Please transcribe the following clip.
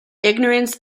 ignorance